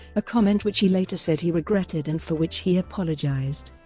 a comment which he later said he regretted and for which he apologised.